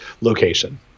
location